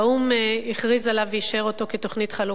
הכריז עליו ואישר אותו כתוכנית חלוקה.